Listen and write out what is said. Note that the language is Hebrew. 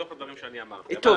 בסדר.